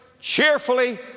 cheerfully